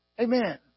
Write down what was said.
Amen